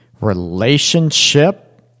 Relationship